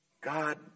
God